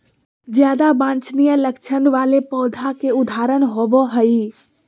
ज्यादा वांछनीय लक्षण वाले पौधों के उदाहरण होबो हइ